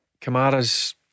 Kamara's